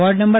ward નં